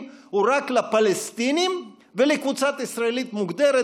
הוא רק לפלסטינים ולקבוצה ישראלית מוגדרת,